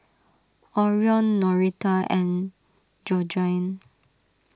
Orion Norita and Georgine